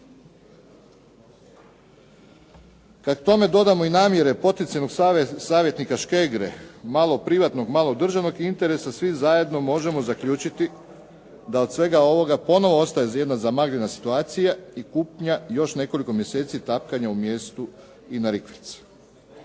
Kad tome dodamo i namjere poticajnog savjetnika Škegre malo privatnog malo državnog interesa svi zajedno možemo zaključiti da od svega ovoga ponovo ostaje jedna zamagljena situacija i kupnja još nekoliko mjeseci tapkanja u mjestu i na rikverc.